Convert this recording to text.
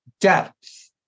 depth